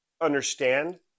understand